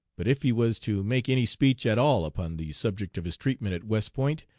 but if he was to make any speech at all upon the subject of his treatment at west point,